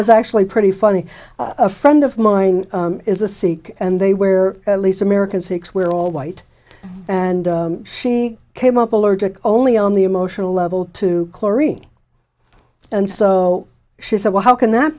was actually pretty funny a friend of mine is a sikh and they were at least american six were all white and she came up allergic only on the emotional level to chlorine and so she said well how can that